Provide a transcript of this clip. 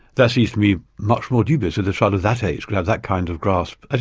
that seems to me much more dubious that a child of that age would have that kind of grasp, as